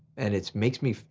and it makes me,